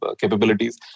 capabilities